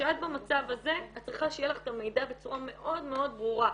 כשאת במצב הזה את צריכה שיהיה לך את המידע בצורה מאוד מאוד ברורה: